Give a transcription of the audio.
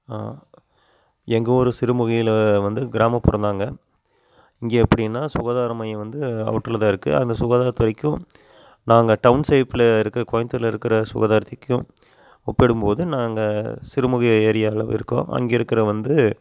ஆ எங்கள் ஊர் சிறுமுகையில் வந்து கிராமப்புறந்தாங்க இங்கே எப்படின்னா சுகாதார மையம் வந்து அவுட்டரில் தான் இருக்குது அந்த சுகாதாரத்துறைக்கும் நாங்கள் டவுன்ஷிப்பில் இருக்கற கோயம்புத்தூர்ல இருக்கிற சுகாதாரத்திக்கும் ஒப்பிடும் போது நாங்கள் சிறுமுகை ஏரியாவில் இருக்கோம் அங்கே இருக்கிற வந்து